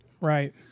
Right